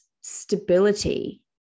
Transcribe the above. stability